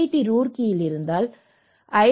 D ரூர்க்கியில் இருந்தால் நீங்கள் ஐ